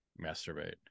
masturbate